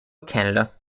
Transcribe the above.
canada